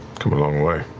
come a long way.